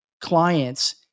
clients